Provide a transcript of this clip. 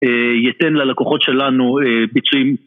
יתן ללקוחות שלנו ביצים.